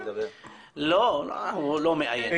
לא, הוא לא מאיים.